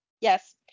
Yes